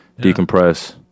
decompress